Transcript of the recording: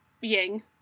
Ying